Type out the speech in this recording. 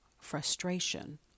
frustration